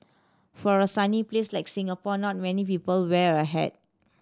for a sunny place like Singapore not many people wear a hat